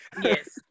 Yes